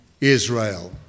Israel